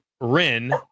rin